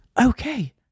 okay